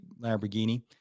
Lamborghini